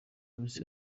iminsi